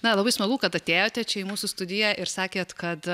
na labai smagu kad atėjote čia į mūsų studiją ir sakėt kad